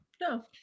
No